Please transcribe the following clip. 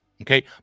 Okay